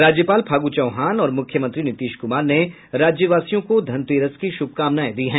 राज्यपाल फागू चौहान और मुख्यमंत्री नीतीश कुमार ने राज्यवासियों को धनतेरस की शुभकामनाएं दी है